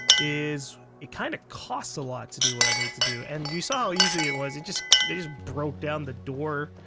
is. it kind of costs a lot to do what i need to do and you saw easy it was. they just, they just broke down the door.